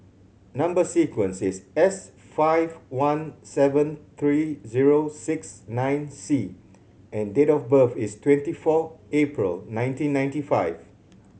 number sequence is S five one seven three zero six nine C and date of birth is twenty four April nineteen ninety five